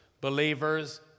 believers